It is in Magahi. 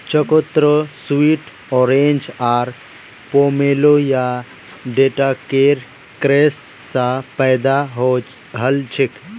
चकोतरा स्वीट ऑरेंज आर पोमेलो या शैडॉकेर क्रॉस स पैदा हलछेक